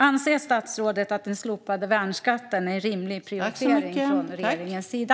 Anser statsrådet att den slopade värnskatten är en rimlig prioritering från regeringens sida?